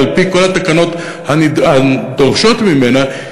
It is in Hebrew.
על-פי כל התקנות הנדרשות ממנה,